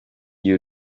you